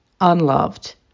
unloved